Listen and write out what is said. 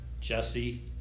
Jesse